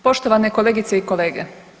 Poštovane kolegice i kolege.